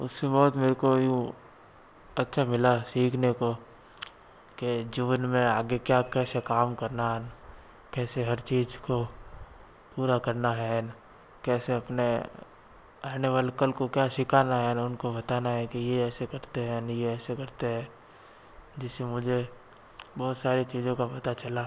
उससे बहुत मेरे को यूं अच्छा मिला सीखने को के जीवन में आगे क्या कैसे काम करना कैसे हेर चीज़ को पूरा करना है कैसे अपने आने वाले कल को क्या सिखाना ने उनको बताना है कि ये ऐसे करते हैं अने ये ऐसे करते हैं जिससे मुझे बहुत सारी चीज़ों का पता चला